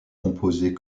composés